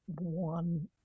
one